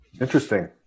Interesting